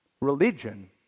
Religion